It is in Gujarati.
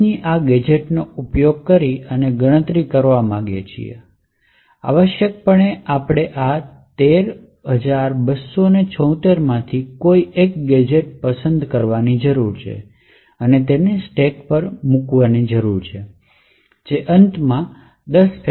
ની આ ગેજેટ્સ નો ઉપયોગ કરીને ગણતરી કરવા માંગીએ છીએ આવશ્યકપણે આપણે આ 13276 માંથી કોઈ ગેજેટ પસંદ કરવાની છે તેને સ્ટેક પર એક રીતે ગોઠવો જેથી અંતમાં 10